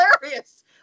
hilarious